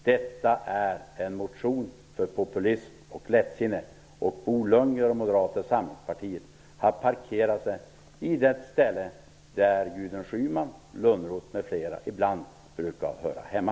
Detta är en motion för populism och lättsinne. Bo Lundgren och Moderata samlingspartiet har parkerat sig i det ställe där Gudrun Schyman, Johan Lönnroth, m.fl. ibland brukar höra hemma.